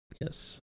Yes